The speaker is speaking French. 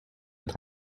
être